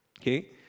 Okay